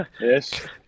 Yes